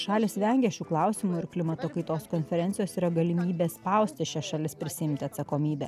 šalys vengia šių klausimų ir klimato kaitos konferencijos yra galimybė spausti šias šalis prisiimti atsakomybę